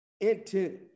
intent